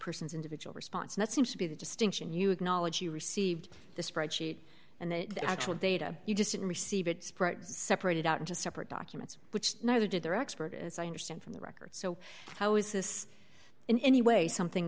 person's individual response that seems to be the distinction you acknowledged you received the spreadsheet and then the actual data you just didn't receive it spreads separated out into separate documents which neither did their expert as i understand from the records so how is this in any way something